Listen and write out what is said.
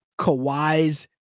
Kawhi's